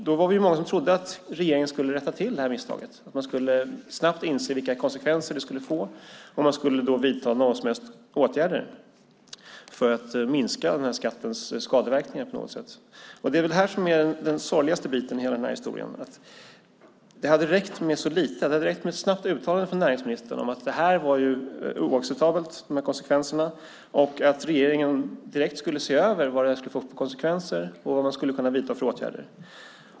Då var vi många som trodde att regeringen skulle rätta till misstaget och att man snabbt skulle inse vilka konsekvenser det skulle få och vidta åtgärder för att minska skattens skadeverkningar på något sätt. Det är den sorgligaste biten i hela historien. Det hade räckt med så lite. Det hade räckt med ett snabbt uttalande från näringsministern att konsekvenserna var oacceptabla och att regeringen direkt skulle se över vad det skulle få för konsekvenser och vilka åtgärder man skulle kunna vidta.